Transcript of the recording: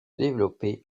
développer